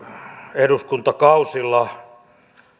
eduskuntakausilla